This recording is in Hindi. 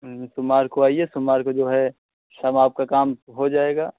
सोमवार को आइए सोमवार को जो है आपका काम हो जाएगा